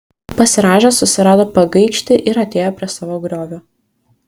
pasirąžęs susirado pagaikštį ir atėjo prie savo griovio